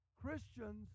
Christians